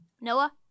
Noah